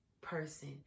person